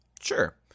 Sure